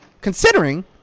considering